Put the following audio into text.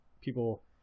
people